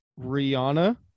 rihanna